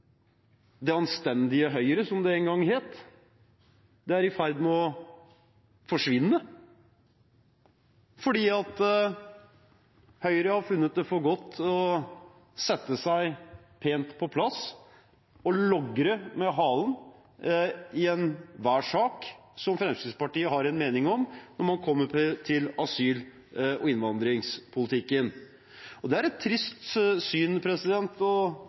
«det anstendige Høyre», som det en gang het, er i ferd med å forsvinne fordi Høyre har funnet det for godt å sette seg pent på plass og logre med halen i enhver sak som Fremskrittspartiet har en mening om når det kommer til asyl- og innvandringspolitikken. Det er et trist syn å